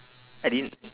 I didn't